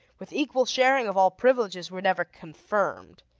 with equal sharing of all privileges, were never confirmed.